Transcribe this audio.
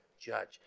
judge